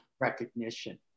recognition